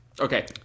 Okay